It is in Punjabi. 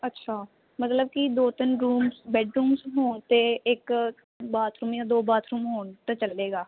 ਅੱਛਾ ਮਤਲਬ ਕੀ ਦੋ ਤਿੰਨ ਰੂਮ ਬੈਡ ਰੂਮਸ ਹੋਣ ਤੇ ਇੱਕ ਬਾਥਰੂਮ ਜਾ ਦੋ ਬਾਥਰੂਮ ਹੋਣ ਤਾਂ ਚੱਲੇਗਾ